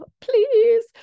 please